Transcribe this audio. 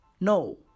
No